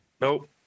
Nope